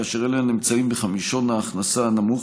אלה שנמצאים בחמישון ההכנסה הנמוך